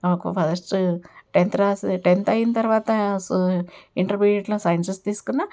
నాకు first tenth వ్రాసే tenth అయిన తరువాత సో ఇంటర్మీడియట్లో సైన్సెస్ తీసుకున్న